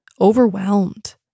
overwhelmed